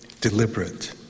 deliberate